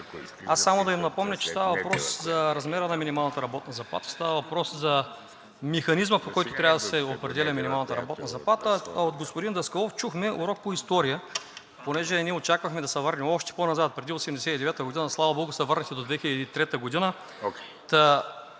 Аз само да им напомня, че става въпрос за размера на минималната работна заплата, става въпрос за механизма, по който трябва да се определя минималната работна заплата. А от господин Даскалов чухме урок по история. Понеже ние очаквахме да се върне още по-назад, преди 1989 г., слава богу, се върнахте до 2003 г.